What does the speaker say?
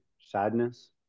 sadness